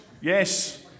Yes